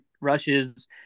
rushes